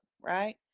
right